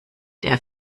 der